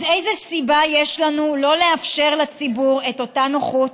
אז איזו סיבה יש לנו שלא לאפשר לציבור את אותה נוחות?